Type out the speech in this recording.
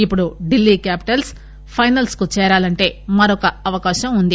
ఇప్పుడు Delhi Capitals final చేరాలంటే మరొక అవకాశం వుంది